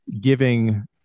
giving